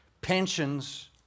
pensions